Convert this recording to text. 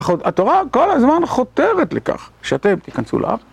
התורה כל הזמן חותרת לכך, שאתם תיכנסו ל...